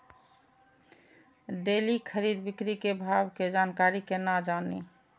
Daily खरीद बिक्री के भाव के जानकारी केना जानी?